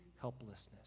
helplessness